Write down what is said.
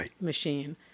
machine